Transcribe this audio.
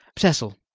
cecil,